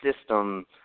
system